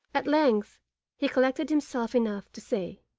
at length he collected himself enough to say